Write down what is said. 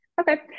Okay